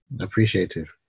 appreciative